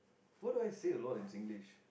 what do I say a lot in Singlish